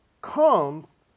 comes